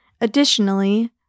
Additionally